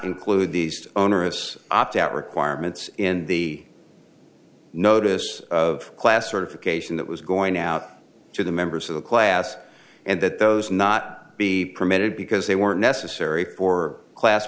include these onerous opt out requirements in the notice of classification that was going out to the members of the class and that those not be permitted because they were necessary for class